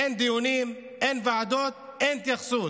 אין דיונים, אין ועדות, אין התייחסות.